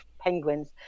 penguins